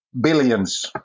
billions